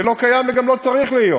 זה לא קיים, וגם לא צריך להיות.